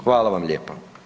Hvala vam lijepo.